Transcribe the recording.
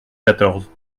quatorze